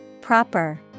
proper